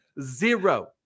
Zero